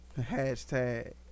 Hashtag